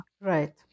Right